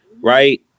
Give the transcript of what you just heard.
right